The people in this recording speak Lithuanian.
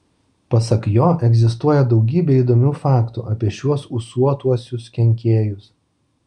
pasak jo egzistuoja daugybė įdomių faktų apie šiuos ūsuotuosius kenkėjus